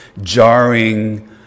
jarring